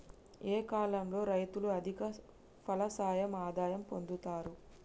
ఏ కాలం లో రైతులు అధిక ఫలసాయం ఆదాయం పొందుతరు?